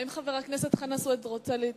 האם חבר הכנסת חנא סוייד רוצה לענות?